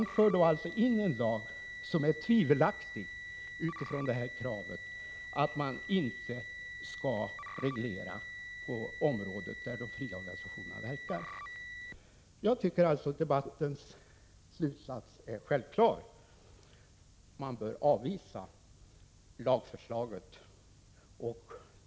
Ni vill nu alltså föra in en lag som är tvivelaktig utifrån kravet att man inte skall reglera på områden där de fria organisationerna verkar. Jag tycker att debattens slutsats är självklar: Riksdagen bör avvisa lagförslaget.